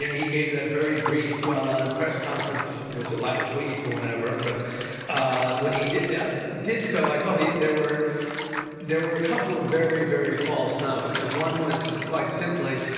he gave that very brief press conference was it last week or whenever but ah when he did did so, i thought there were there were a couple of very, very false notes, and one was, quite simply,